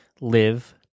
live